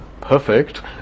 perfect